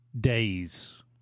days